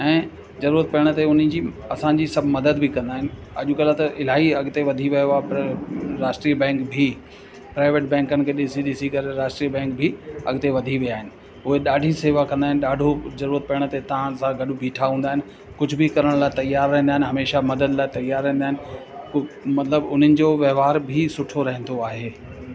ऐं ज़रूरत पवण ते उन जी असांजी सभु मदद बि कंदा आहिनि अॼुकल्ह त इलाही अॻिते वधी वियो आहे राष्ट्रीय बैंक बि प्राइवेट बैंकनि खे ॾिसी ॾिसी करे राष्ट्रीय बैंक बि अॻिते वधी विया आहिनि उहे ॾाढी शेवा कंदा आहिनि ॾाढो ज़रूरत पवण ते तव्हांसां गॾु ॿिठा हूंदा आहिनि कुझ बि करण लाइ तयार रहंदा आहिनि हमेशह मदद लाइ तयारु रहंदा आहिनि मतिलबु उन्हनि जो वहिंवार बि सुठो रहंदो आहे